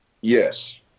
Yes